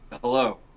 Hello